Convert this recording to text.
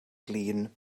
glin